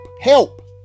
help